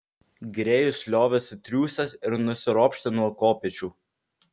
grėjus liovėsi triūsęs ir nusiropštė nuo kopėčių